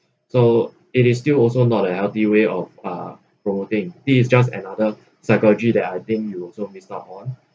so it is still also not a healthy way of uh promoting it is just another psychology that I think you also on